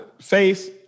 face